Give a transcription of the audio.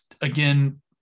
again